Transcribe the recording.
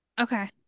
okay